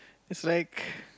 is like